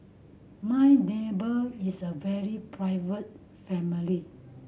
my neighbour is a very private family